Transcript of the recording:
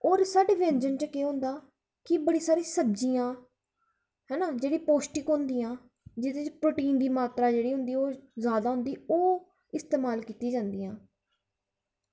होर साढ़े व्यंजन च केह् होंदा कि बड़ी सारी सब्ज़ियां ऐ ना जेह्की पौष्टिक होंदियां जेह्दे च प्रोटिन दी मात्रा जेह्ड़ी होंदी ऐ जादा होंदी ओह् इस्तेमाल कीती जंदियां ऐ